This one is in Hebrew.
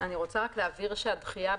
אני רוצה רק להבהיר שדחיית המועד,